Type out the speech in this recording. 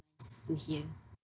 to hear